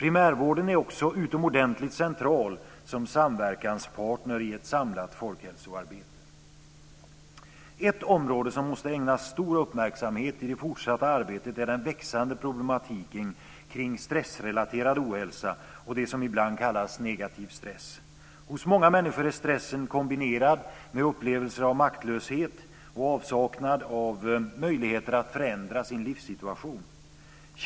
Primärvården är också utomordentligt central som samverkanspartner i ett samlat folkhälsoarbete. Ett område som måste ägnas stor uppmärksamhet i det fortsatta arbetet är den växande problematiken med stressrelaterad ohälsa och det som ibland kallas negativ stress. Hos många människor är stressen kombinerad med upplevelser av maktlöshet och avsaknad av möjligheter att förändra sin livssituation.